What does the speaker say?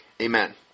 Amen